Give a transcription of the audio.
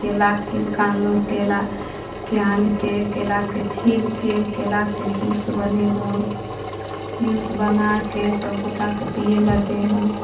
केला कीनिकऽ अनलहुॅं केलाके आनिके केलाके छीलिके केलाके जूस बनेलहुॅं जूस बनाके सब गोटाके पीयेला देलहुॅं